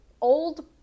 old